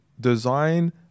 design